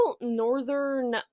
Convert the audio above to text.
northern